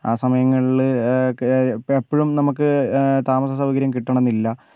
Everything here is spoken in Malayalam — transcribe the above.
ആ സമയങ്ങളിൽ എപ്പോഴും നമുക്ക് താമസ സൗകര്യം കിട്ടണമെന്നില്ല